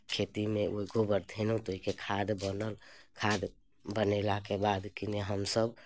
खेतीमे गोबर धेलहुँ तऽ ओहिके खाद बनल खाद बनेलाके बाद किने हमसभ